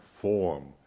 form